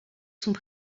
sont